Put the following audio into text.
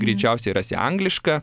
greičiausiai rasi anglišką